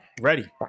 ready